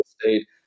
state